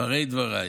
והרי דבריי